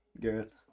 Garrett